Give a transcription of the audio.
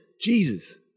Jesus